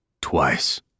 Twice